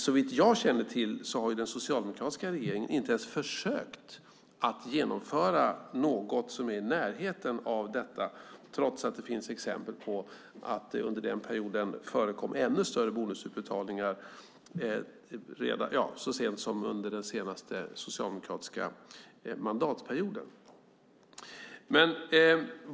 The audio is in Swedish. Såvitt jag känner till har den socialdemokratiska regeringen inte ens försökt att genomföra något som är i närheten av detta, trots att det finns exempel på att det förekom ännu större bonusutbetalningar så sent som under den senaste socialdemokratiska mandatperioden.